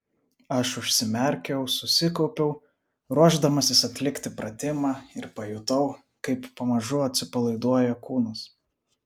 aš užsimerkiau susikaupiau ruošdamasis atlikti pratimą ir pajutau kaip pamažu atsipalaiduoja kūnas